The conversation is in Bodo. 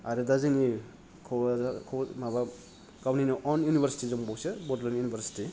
आरो दा जोंनि कक्राझार माबा गावनिनो अन इउनिभारसिटी दंबावोसो बड'लेण्ड इउनिभारसिटी